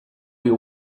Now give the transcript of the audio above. you